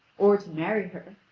or to marry her.